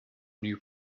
new